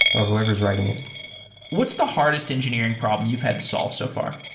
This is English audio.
or whoever is writing it what's the hardest engineering problem you've had to solve so far?